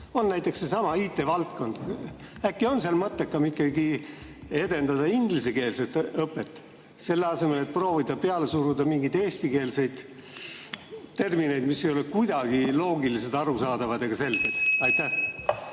Näiteks seesama IT-valdkond – äkki on seal mõttekam edendada ikkagi ingliskeelset õpet, selle asemel et proovida peale suruda mingeid eestikeelseid termineid, mis ei ole kuidagi loogilised, arusaadavad ega selged? Aitäh!